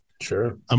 Sure